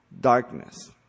darkness